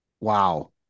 Wow